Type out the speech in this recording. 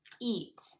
eat